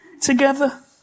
together